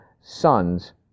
sons